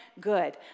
good